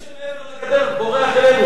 ומי שמעבר לגדר בורח אלינו,